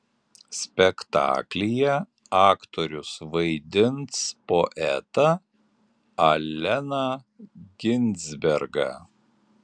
spektaklyje aktorius vaidins poetą alleną ginsbergą